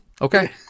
okay